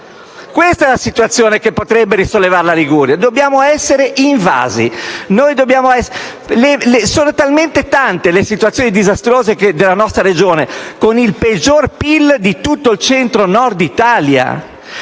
Questa è la situazione che potrebbe risollevare la Liguria. Dobbiamo essere invasi. Sono tantissime le situazioni disastrose della nostra Regione, che ha il peggiore PIL di tutto il Centro-Nord d'Italia